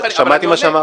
אבל אני עונה.